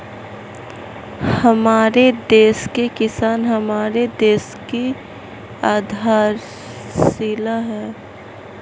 हमारे देश के किसान हमारे देश की आधारशिला है